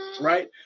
right